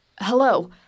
Hello